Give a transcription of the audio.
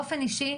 באופן אישי,